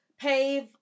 pave